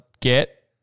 get